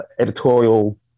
editorial